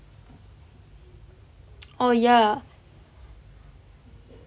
oh ya